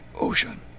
ocean